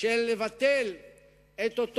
אבל למדינת ישראל זה לא בוקר כל כך